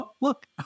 look